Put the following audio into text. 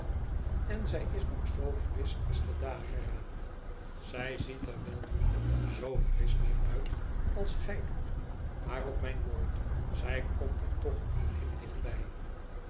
en zij is nog zoo frisch als de dageraad zij ziet er wel niet z frisch meer uit als gij doet maar op mijn woord zij komt er toch al heel dicht